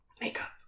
Makeup